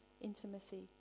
intimacy